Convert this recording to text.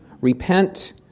Repent